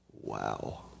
Wow